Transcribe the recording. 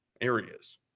areas